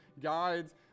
guides